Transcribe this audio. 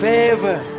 Favor